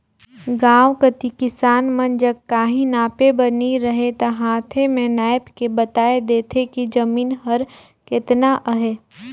गाँव कती किसान मन जग काहीं नापे बर नी रहें ता हांथे में नाएप के बताए देथे कि जमीन हर केतना अहे